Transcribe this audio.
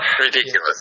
Ridiculous